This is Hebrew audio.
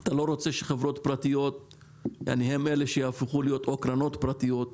אתה לא רוצה שחברות פרטיות הן אלה שיהפכו להיות קרנות פרטיות.